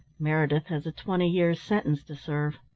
meredith has a twenty-years sentence to serve.